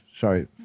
Sorry